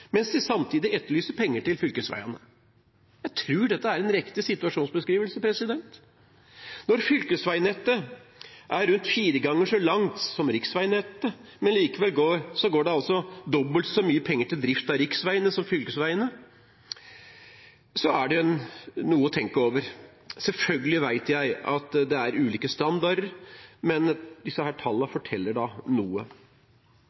mens de samtidig etterlyser penger til fylkesveiene. Jeg tror dette er en riktig situasjonsbeskrivelse. Når fylkesveinettet er rundt fire ganger så langt som riksveinettet, mens det altså går dobbelt så mye penger til riksveiene som til fylkesveiene, er det noe å tenke over. Selvfølgelig vet jeg at det er ulike standarder, men disse